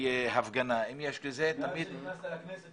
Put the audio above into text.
מאז נכנסת לכנסת,